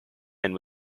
and